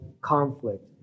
conflict